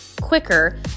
quicker